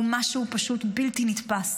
היא משהו פשוט בלתי נתפס.